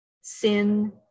sin